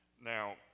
Now